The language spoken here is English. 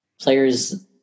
players